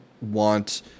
want